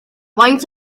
faint